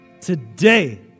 Today